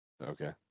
okay